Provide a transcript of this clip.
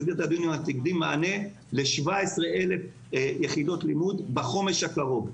מענה ל-17,000 יחידות לימוד בחומש הקרוב.